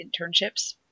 internships